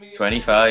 25